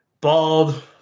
bald